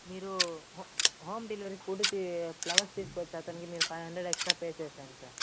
మీరు హో home delivery ఫుడ్డుకి ఫ్లవర్స్ తీస్కొచ్చా కాని మీరు ఫైవ్ హండ్రడ్ ఎక్స్ట్రా పే చేసేయండి సార్